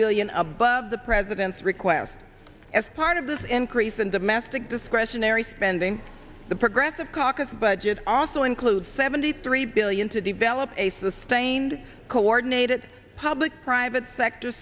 billion above the president's request as part of this increase in domestic discretionary spending the progressive caucus budget also includes seventy three billion to develop a sustained coordinated public private sector